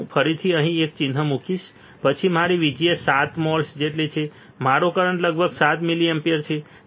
શું હું ફરીથી અહીં એક ચિહ્ન મુકીશ પછી મારી VGS 7 મોલ્સ જેટલી છે મારો કરંટ લગભગ 7 મિલિએમ્પિયર છે